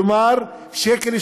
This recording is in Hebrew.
כלומר 1.80 שקל.